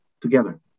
together